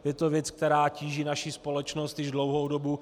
Je to věc, která tíží naši společnost již dlouhou dobu.